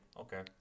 okay